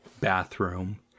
bathroom